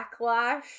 backlash